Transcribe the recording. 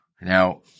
Now